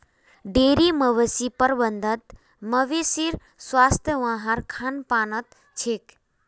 dairy मवेशी प्रबंधत मवेशीर स्वास्थ वहार खान पानत छेक